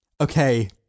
Okay